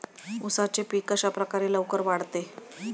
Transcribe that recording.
उसाचे पीक कशाप्रकारे लवकर वाढते?